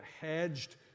hedged